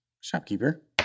Shopkeeper